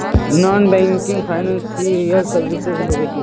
Non banking financial services होबे है?